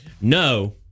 No